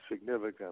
significant